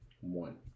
One